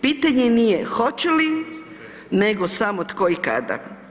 Pitanje nije hoće li nego samo tko i kada.